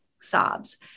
sobs